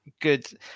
good